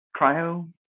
cryo